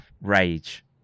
rage